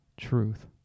truth